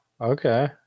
Okay